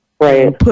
Right